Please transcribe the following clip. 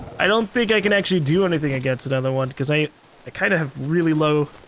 i don't think i can actually do anything against another one because i, i kind of have really low.